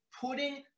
putting